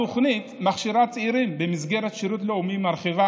התוכנית מכשירה צעירים במסגרת שירות לאומי ומרחיבה